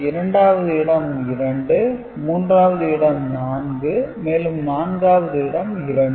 இரண்டாவது இடம் 2 மூன்றாவது இடம் 4 மேலும் நான்காவது இடம் 2